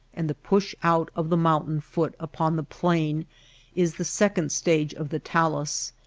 and the push-out of the mountain foot upon the plain is the second stage of the talus.